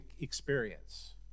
experience